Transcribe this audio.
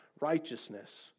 righteousness